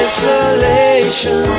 Isolation